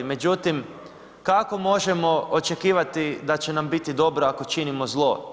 Međutim, kako možemo očekivati da će nam biti dobro ako činimo zlo.